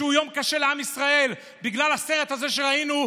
שהוא יום קשה לעם ישראל בגלל הסרט הזה שראינו,